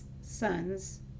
sons